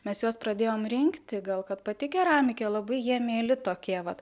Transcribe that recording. mes juos pradėjom rinkti gal kad pati keramikė labai jie mieli tokie vat